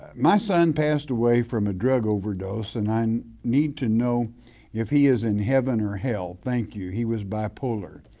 my son passed away from a drug overdose and i need to know if he is in heaven or hell, thank you. he was bipolar.